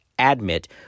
admit